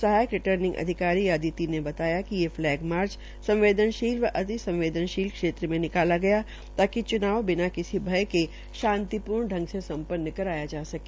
सहायक रिटर्निंग अधिकारी अदविति ने बताया कि ये फलैग मार्च संवदेनशील व अति संवदेनशील क्षेत्र में निकाला गया ताकि च्नाव बिना किसी भ्य के शांतिप्र्व ढ़ग से संप्न्न कराया जा सके